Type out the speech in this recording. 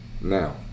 Now